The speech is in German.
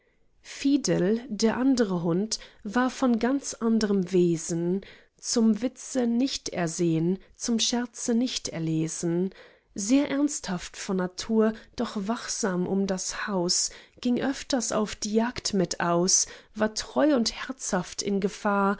fidel der andre hund war von ganz anderm wesen zum witze nicht ersehn zum scherze nicht erlesen sehr ernsthaft von natur doch wachsam um das haus ging öfters auf die jagd mit aus war treu und herzhaft in gefahr